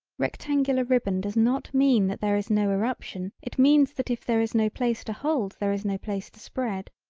rectangular ribbon does not mean that there is no eruption it means that if there is no place to hold there is no place to spread.